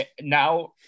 now –